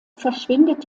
verschwindet